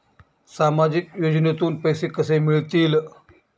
सामाजिक योजनेतून पैसे कसे मिळतील?